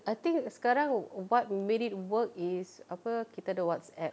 I think sekarang what made it work is apa kita ada Whatsapp